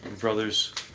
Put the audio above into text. brothers